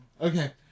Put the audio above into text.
Okay